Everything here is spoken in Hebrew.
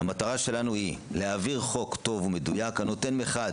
המטרה שלנו היא להעביר חוק טוב ומדויק הנותן מחד